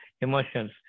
emotions